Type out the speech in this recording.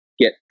get